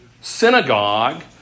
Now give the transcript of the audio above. synagogue